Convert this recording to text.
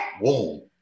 Whoa